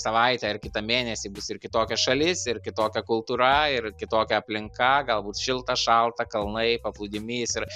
savaitę ar kitą mėnesį bus ir kitokia šalis ir kitokia kultūra ir kitokia aplinka galbūt šilta šalta kalnai paplūdimys ir